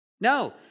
No